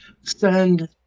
send